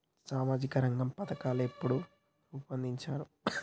సామాజిక రంగ పథకాలు ఎప్పుడు రూపొందించారు?